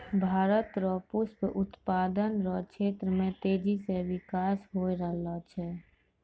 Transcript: भारत रो पुष्प उत्पादन रो क्षेत्र मे तेजी से बिकास होय रहलो छै